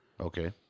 okay